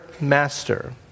master